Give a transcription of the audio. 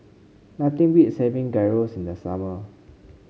nothing beats having Gyros in the summer